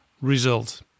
result